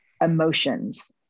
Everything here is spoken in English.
emotions